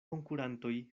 konkurantoj